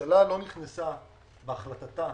הממשלה לא נכנסה בהחלטתה